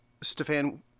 Stefan